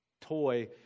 toy